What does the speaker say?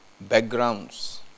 backgrounds